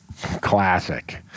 classic